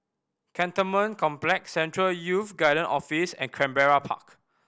Cantonment Complex Central Youth Guidance Office and Canberra Park